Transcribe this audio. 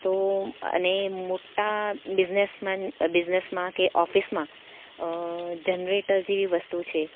તો અને મોટા બિઝનેસમેન બિઝનેસમાં કે ઓફિસમાં જનરેટર જેવી વસ્તુ છે